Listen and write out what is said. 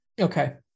Okay